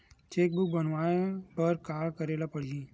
Cheque book बनवाय बर का करे ल पड़हि?